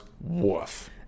woof